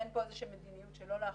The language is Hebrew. אין פה מדיניות שלא להחזיר,